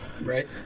Right